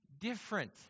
Different